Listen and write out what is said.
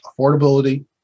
Affordability